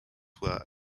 work